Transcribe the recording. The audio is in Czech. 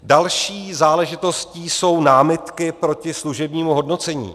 Další záležitostí jsou námitky proti služebnímu hodnocení.